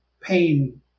pain